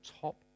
top